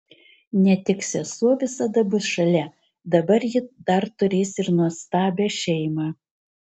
ne tik sesuo visada bus šalia dabar ji dar turės ir nuostabią šeimą